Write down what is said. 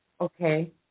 Okay